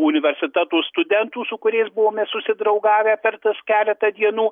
universiteto studentų su kuriais buvome susidraugavę per tas keletą dienų